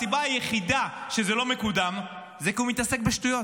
הסיבה היחידה שזה לא מקודם היא שהוא מתעסק בשטויות.